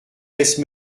laisse